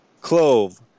Clove